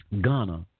Ghana